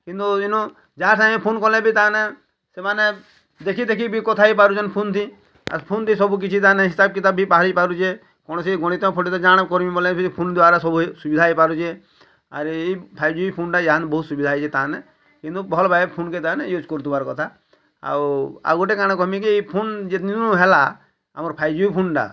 କିନ୍ତୁ ଇନୁ ଯାହା ସାଙ୍ଗେ ଫୁନ୍ କଲେ ବି ତାନେ ସେମାନେ ଦେଖି ଦେଖି ବି କଥା ହେଇପାରୁଛନ୍ ଫୋନ୍ ଥି ଆର୍ ଫୋନ୍ ଥି ସବୁ କିଛି ତାନେ ହିସାବ୍ କିତାବ୍ ବି ବାହାରି ପାରୁଛେ କୌଣସି ଗଣିତ ଫଣିତ ଜାଁଣ କରିବି ବୋଲେ ସେ ଫୋନ୍ ଦ୍ୱାରା ସବୁ ସୁବିଧା ହେଇଛି ତାନେ ଆର୍ ଇ ଫାଇଭ୍ ଜି ଫୋନ୍ଟା ୟାନ୍ ବହୁତ୍ ସୁବିଧା ହେଇଛି ତାନେ କିନ୍ତୁ ଭଲ ଭାବେ ଫୋନ୍ କେ ତାନେ ଯୁଜ୍ କରୁଥିବାର କଥା ଆଉ ଆଉ ଗୋଟେ କାଁଣ କବିବି କି ଫୁନ୍ ଯେଉଁ ଦିନ୍ ହେଲା ଆମର ଫାଇଭ୍ ଜି ଫୋନ୍ଟା